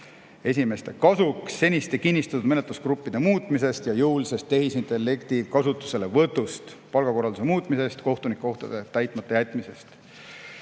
esimeste kasuks, seniste kinnistatud menetlusgruppide muutmine ja jõuline tehisintellekti kasutuselevõtt, palgakorralduse muutmine, kohtunikukohtade täitmata jäämine.